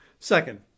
Second